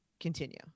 continue